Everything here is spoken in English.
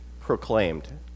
proclaimed